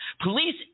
Police